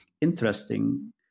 interesting